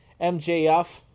MJF